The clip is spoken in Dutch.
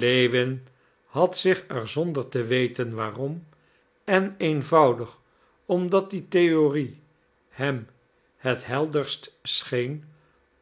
lewin had zich er zonder te weten waarom en eenvoudig omdat die theorie hem het helderst scheen